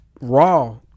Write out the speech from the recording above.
Raw